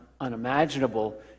unimaginable